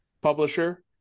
publisher